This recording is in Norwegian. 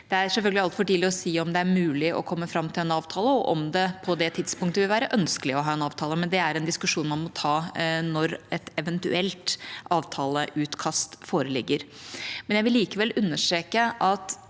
Det er selvfølgelig altfor tidlig å si om det er mulig å komme fram til en avtale, og om det på det tidspunktet vil være ønskelig å ha en avtale, men det er en diskusjon man må ta når et eventuelt avtaleutkast foreligger. Jeg vil likevel understreke at